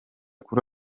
kuri